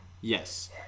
yes